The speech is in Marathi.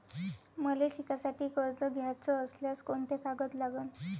मले शिकासाठी कर्ज घ्याचं असल्यास कोंते कागद लागन?